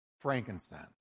Frankincense